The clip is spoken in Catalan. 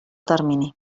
termini